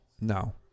No